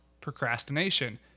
procrastination